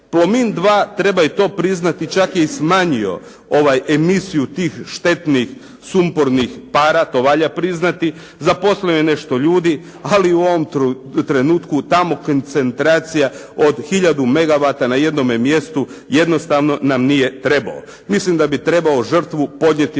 "Plomin 2" treba i to priznati čak je i smanjio emisiju tih štetnih sumpornih para, to valja priznati, zaposlio je nešto ljudi ali u ovom trenutku tamo koncentracija od hiljadu megavata na jednome mjestu jednostavno nam nije trebao. Mislim da bi trebao žrtvu podnijeti